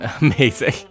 Amazing